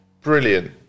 Brilliant